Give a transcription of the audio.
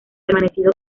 permanecido